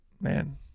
Man